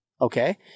Okay